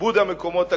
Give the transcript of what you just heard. כיבוד המקומות הקדושים,